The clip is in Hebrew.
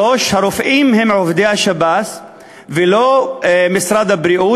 3. הרופאים הם עובדי השב"ס ולא משרד הבריאות,